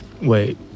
Wait